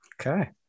Okay